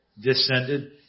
descended